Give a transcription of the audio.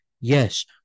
Yes